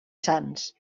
sans